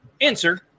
answer